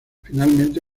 finalmente